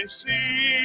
see